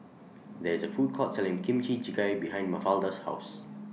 There IS A Food Court Selling Kimchi Jjigae behind Mafalda's House